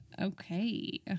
Okay